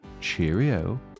Cheerio